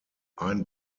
ein